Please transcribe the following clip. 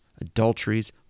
adulteries